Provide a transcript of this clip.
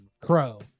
crow